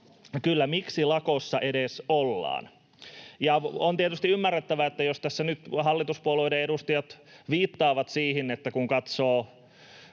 kyllä — miksi lakossa edes ollaan. Ja on tietysti ymmärrettävää, jos tässä nyt hallituspuolueiden edustajat viittaavat siihen, että kun katsoo